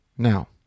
Now